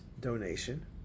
donation